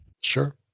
sure